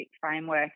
framework